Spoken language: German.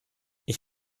ich